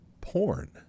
porn